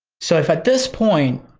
so if at this point,